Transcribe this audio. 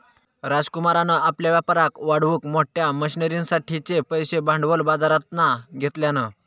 राजकुमारान आपल्या व्यापाराक वाढवूक मोठ्या मशनरींसाठिचे पैशे भांडवल बाजरातना घेतल्यान